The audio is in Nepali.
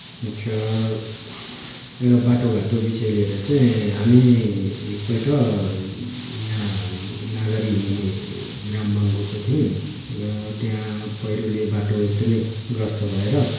अच्छा यो बाटोघाटो विषय लिएर चाहिँ हामी एकपल्ट यहाँ नागरीमुनि ग्राममा गएको थियौँ र त्यहाँ पहिरोले बाटो एकदमै ग्रस्त भएर हामी बाटोमा